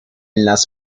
las